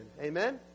Amen